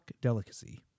delicacy